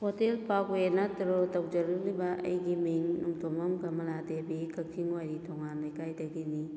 hotel ꯄꯞ ꯋꯦ ꯅꯠꯇ꯭ꯔꯣ ꯇꯧꯖꯔꯛꯂꯤꯕ ꯑꯩꯒꯤ ꯃꯤꯡ ꯅꯣꯡꯊꯣꯝꯕꯝ ꯀꯃꯂꯥ ꯗꯦꯕꯤ ꯀꯥꯛꯆꯤꯡ ꯋꯥꯏꯔꯤ ꯊꯣꯉꯥꯝ ꯂꯩꯀꯥꯏꯗꯒꯤꯅꯤ